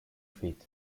feet